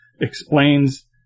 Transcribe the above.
explains